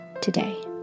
today